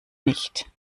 nicht